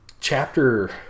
chapter